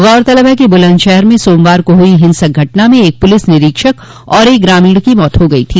गौरतलब है कि बुलन्दशहर में सोमवार को हुई हिंसक घटना में एक पुलिस निरीक्षक और एक ग्रामीण की मौत हो गई थी